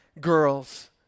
girls